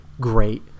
great